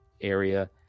area